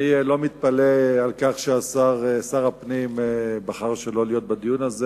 אני לא מתפלא על כך ששר הפנים בחר שלא להיות בדיון הזה,